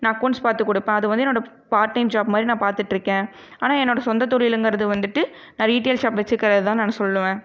நான் அக்கவுண்ஸ் பார்த்து கொடுப்பன் அது வந்து என்னோட பார்டைம் ஜாப் மாதிரி நான் பார்த்துட்ருக்கேன் ஆனால் என்னோடய சொந்த தொழில்ங்கிறது வந்துட்டு ரீட்டைல் ஷாப் வச்சிக்கிறதுதான் நான் சொல்லுவேன்